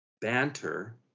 banter